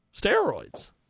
steroids